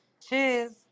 Cheers